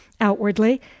Outwardly